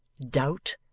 doubt!